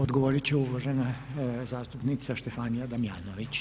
Odgovoriti će uvažena zastupnica Štefanija Damjanović.